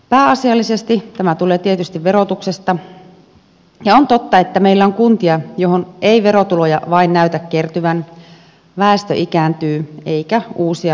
pääasiallisesti tämä tulee tietysti verotuksesta ja on totta että meillä on kuntia joihin ei verotuloja vain näytä kertyvän joissa väestö ikääntyy eikä uusia lapsia synny